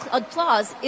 applause